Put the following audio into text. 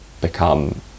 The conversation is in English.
become